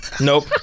Nope